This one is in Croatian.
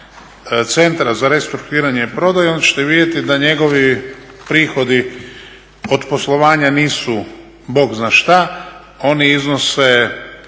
Centra za restrukturiranje i prodaju onda ćete vidjeti da njegovi prihodi od poslovanja nisu bog zna šta. Oni iznose